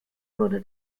wurde